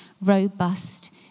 robust